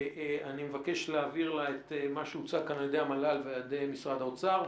אני מבקש להעביר לה את מה שהוצג כאן על ידי המל"ל ועל ידי משרד האוצר.